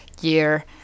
year